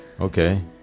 Okay